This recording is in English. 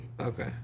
Okay